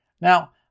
Now